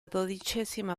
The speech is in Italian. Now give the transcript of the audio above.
dodicesima